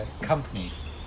companies